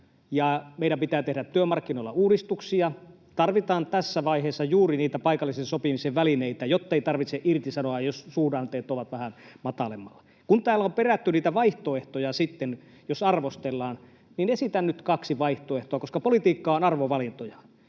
meidän pitää tehdä työmarkkinoilla uudistuksia. Tarvitaan tässä vaiheessa juuri niitä paikallisen sopimisen välineitä, jottei tarvitse irtisanoa, jos suhdanteet ovat vähän matalammalla. Kun täällä on sitten perätty vaihtoehtoja, jos arvostellaan, niin esitän nyt kaksi vaihtoehtoa, koska politiikka on arvovalintoja.